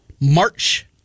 March